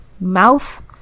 mouth